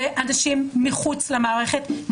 ואנשים מחוץ למערכת,